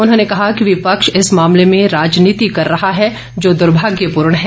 उन्होंने कहा कि विपक्ष इस मामले में राजनीति कर रहा है जो दुर्भाग्यपूर्ण है